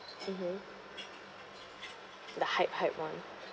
mmhmm the hype hype one